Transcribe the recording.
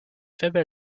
faible